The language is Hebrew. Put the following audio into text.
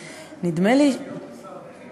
נדמה לי, צריך להיות פה